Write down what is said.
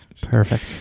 Perfect